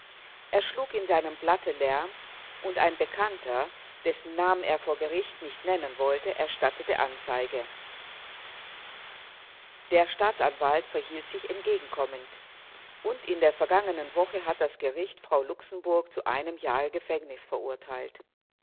er schlug in seinem blatte lärm und ein bekannter dessen namen er vor gericht nicht nennen wollte erstattete anzeige der staatsanwalt verhielt sich entgegenkommend und in der vergangenen woche hat das gericht frau luxemburg zu einem jahre gefängnis verurteilt